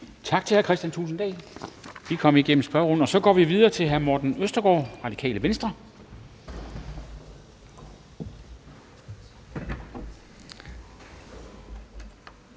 Tak til hr. Kristian Thulesen Dahl. Vi kom igennem spørgerunden, og så går vi videre til hr. Morten Østergaard, Radikale Venstre.